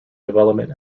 development